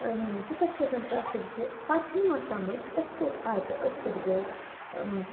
تیوٗتاہ چھِ آسان ٹرٛٮ۪فِک زِ پَتہٕ چھِنہٕ یِوان سَمٕج أسۍ کوٚت آے تہٕ أسۍ کوٚت گٔے